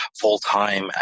full-time